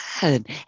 Good